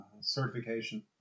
certification